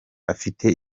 afite